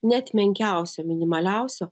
net menkiausio minimaliausio